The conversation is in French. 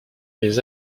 les